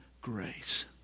grace